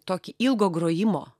tokį ilgo grojimo